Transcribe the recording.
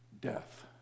death